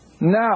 Now